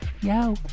Yo